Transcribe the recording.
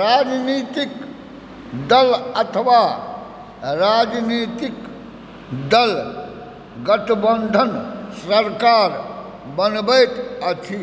राजनीतिक दल अथवा राजनीतिक दलक गठबन्धन सरकार बनबैत अछि